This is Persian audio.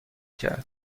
کرد